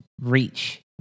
reach